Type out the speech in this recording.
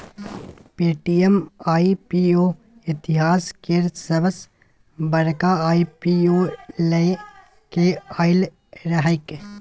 Paytm IPO इतिहास केर सबसॅ बड़का आई.पी.ओ लए केँ आएल रहैक